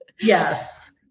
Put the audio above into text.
Yes